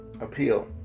appeal